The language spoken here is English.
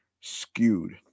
skewed